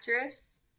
actress